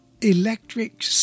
electric